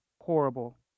horrible